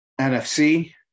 NFC